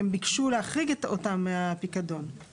הם ביקשו להחריג אותם מהפיקדון,